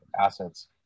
assets